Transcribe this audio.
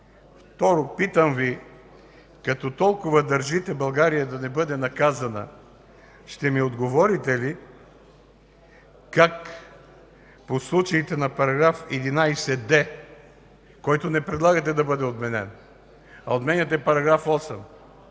Трето, питам Ви: като толкова държите България да не бъде наказана ще ми отговорите ли как по случаите на § 11д, който не предлагате да бъде отменен, а отменяте § 8,